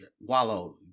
Wallow